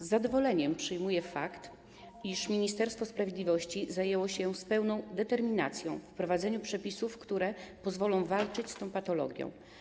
Z zadowoleniem przyjmuję fakt, iż Ministerstwo Sprawiedliwości zajęło się z pełną determinacją wprowadzeniem przepisów, które pozwolą walczyć z tą patologią.